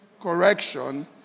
correction